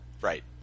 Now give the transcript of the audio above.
right